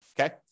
Okay